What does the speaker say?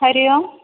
हरिः ओम्